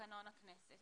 לתקנון הכנסת.